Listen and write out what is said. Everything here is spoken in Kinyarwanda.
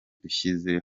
dushyize